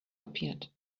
appeared